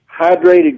hydrated